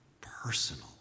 personal